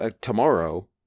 tomorrow